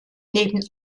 neben